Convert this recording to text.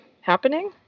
happening